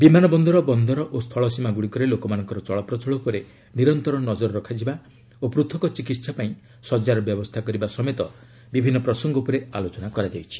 ବିମାନବନ୍ଦର ବନ୍ଦର ଓ ସ୍ଥଳସୀମାଗୁଡ଼ିକରେ ଲୋକମାନଙ୍କର ଚଳପ୍ରଚଳ ଉପରେ ନିରନ୍ତର ନଜର ରଖାଯିବା ଓ ପୂଥକ ଚିକିହା ପାଇଁ ଶଯ୍ୟାର ବ୍ୟବସ୍ଥା କରିବା ସମେତ ବିଭିନ୍ନ ପ୍ରସଙ୍ଗ ଉପରେ ଆଲୋଚନା କରାଯାଇଛି